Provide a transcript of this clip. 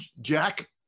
Jack